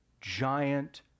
giant